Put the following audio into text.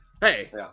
Hey